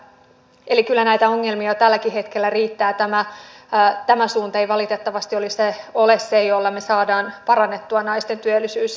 eli kyllä näitä ongelmia jo tälläkin hetkellä riittää ja tämä suunta ei valitettavasti ole se jolla me saamme parannettua naisten työllisyysastetta